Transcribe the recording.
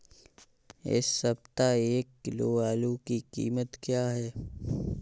इस सप्ताह एक किलो आलू की कीमत क्या है?